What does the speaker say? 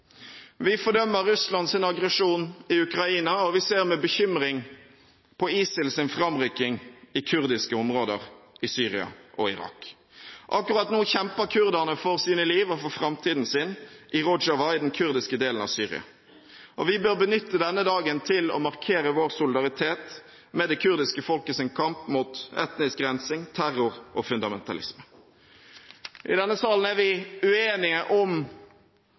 Vi fordømmer Russlands aggresjon i Ukraina, og vi ser med bekymring på ISILs framrykking i kurdiske områder i Syria og Irak. Akkurat nå kjemper kurderne for sine liv og for framtiden sin i Rojava, i den kurdiske delen av Syria. Vi bør benytte denne dagen til å markere vår solidaritet med det kurdiske folkets kamp mot etnisk rensing, terror og fundamentalisme. I denne salen er vi uenige om